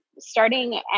starting